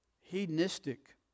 Hedonistic